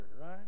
right